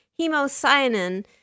hemocyanin